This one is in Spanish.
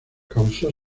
causó